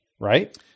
right